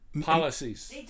Policies